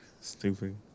Stupid